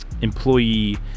employee